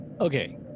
okay